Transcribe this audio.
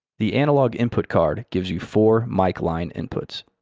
the analog input card gives you four mic line inputs.